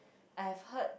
I've heard